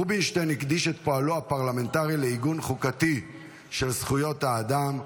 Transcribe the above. רובינשטיין הקדיש את פועלו הפרלמנטרי לעיגון חוקתי של זכויות האדם,